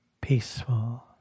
peaceful